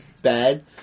Bad